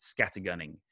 scattergunning